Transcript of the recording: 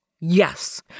Yes